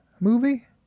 movie